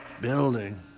building